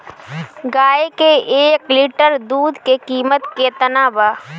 गाय के एक लिटर दूध के कीमत केतना बा?